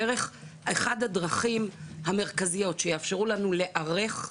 אחת הדרכים המרכזיות שיאפשרו לנו להיערך,